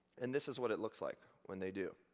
and this is what it looks like when they do.